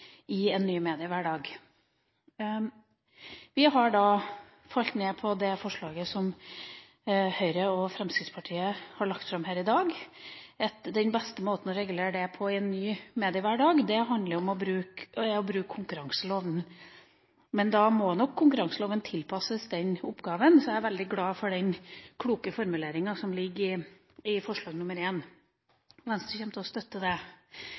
i en ny mediehverdag. Vi har falt ned på det forslaget som Høyre og Fremskrittspartiet har lagt fram her i dag – at den beste måten å regulere det på i en ny mediehverdag handler om å bruke konkurranseloven. Men da må nok konkurranseloven tilpasses den oppgaven. Så jeg er veldig glad for den kloke formuleringa som ligger i forslag nr. 1. Venstre kommer til å støtte det.